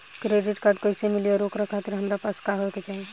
Credit card कैसे मिली और ओकरा खातिर हमरा पास का होए के चाहि?